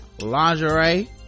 lingerie